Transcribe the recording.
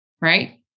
Right